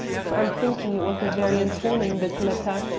for i'm thinking it was a very informing bit letter,